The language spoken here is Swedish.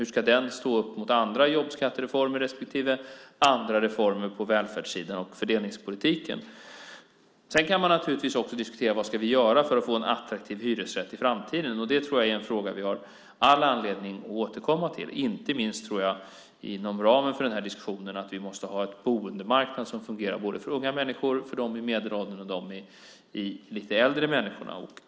Hur ska den stå upp mot andra jobbskattereformer respektive andra reformer på välfärdssidan av fördelningspolitiken? Man kan också diskutera vad vi ska göra för att få en attraktiv hyresrätt i framtiden. Det tror jag är en fråga vi har all anledning att återkomma till, inte minst inom ramen för diskussionen om att vi måste ha en boendemarknad som fungerar både för unga människor, för dem i medelåldern och för de lite äldre människorna.